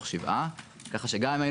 את זה טוב ממני כי הם מנהלים את הקרן.